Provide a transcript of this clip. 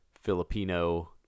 Filipino